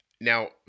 Now